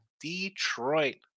Detroit